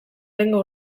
lehengo